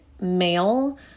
male